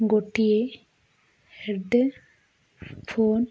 ଗୋଟିଏ ହେଡ଼୍ଫୋନ୍